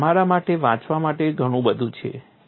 અને તમારા માટે વાંચવા માટે ઘણું બધું છે